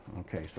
okay. so,